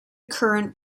current